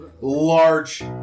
large